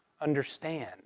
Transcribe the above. understand